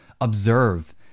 observe